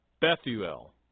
Bethuel